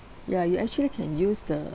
ya you actually can use the